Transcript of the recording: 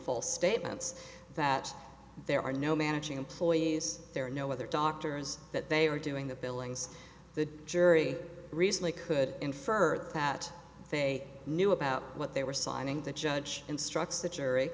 false statements that there are no managing employees there are no other doctors that they are doing the billings the jury recently could infer that they knew about what they were signing the judge instructs the jury